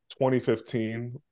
2015